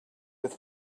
with